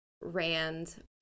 Rand